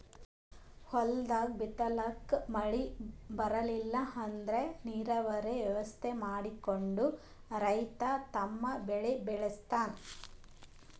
ಹೊಲ್ದಾಗ್ ಬಿತ್ತಲಾಕ್ ಮಳಿ ಬರ್ಲಿಲ್ಲ ಅಂದ್ರ ನೀರಾವರಿ ವ್ಯವಸ್ಥೆ ಮಾಡ್ಕೊಂಡ್ ರೈತ ತಮ್ ಬೆಳಿ ಬೆಳಸ್ತಾನ್